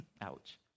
ouch